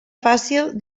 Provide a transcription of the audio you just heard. fàcil